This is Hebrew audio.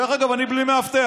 דרך אגב, אני בלי מאבטח,